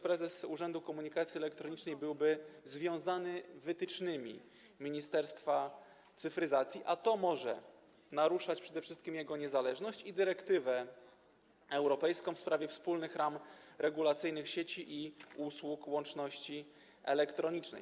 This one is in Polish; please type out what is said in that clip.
Prezes Urzędu Komunikacji Elektronicznej byłby wówczas związany wytycznymi Ministerstwa Cyfryzacji, a to może naruszać przede wszystkim jego niezależność i zapisy dyrektywy europejskiej w sprawie wspólnych ram regulacyjnych sieci i usług łączności elektronicznej.